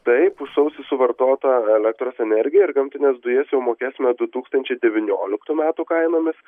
taip už sausį suvartotą elektros energiją ir gamtines dujas jau mokėsime du tūkstančiai devynioliktų metų kainomis